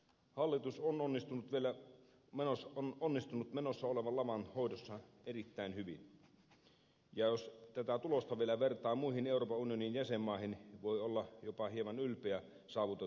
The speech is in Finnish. hallitus on onnistunut menossa olevan laman hoidossa erittäin hyvin ja jos tätä tulosta vielä vertaa muihin euroopan unionin jäsenmaihin voi olla jopa hieman ylpeä saavutetusta tuloksesta